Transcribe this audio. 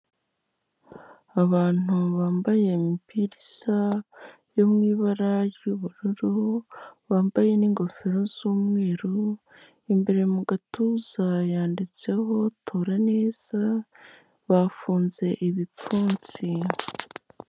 Abantu bambaye imipiri isa yo mu ibara ry'ubururu, bambaye n'ingofero z'umweru, imbere mu gatuza yanditseho tora neza, bafunze ibipfunsi.